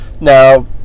Now